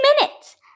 minutes